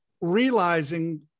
realizing